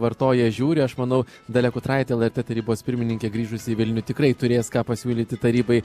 vartoja žiūri aš manau dalia kutraitė lrt tarybos pirmininkė grįžusi į vilnių tikrai turės ką pasiūlyti tarybai